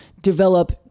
develop